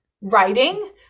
writing